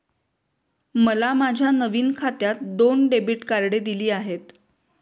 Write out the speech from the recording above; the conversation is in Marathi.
मला माझ्या नवीन खात्यात दोन डेबिट कार्डे दिली आहेत